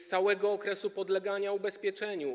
z całego okresu podlegania ubezpieczeniu.